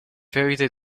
ferite